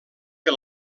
que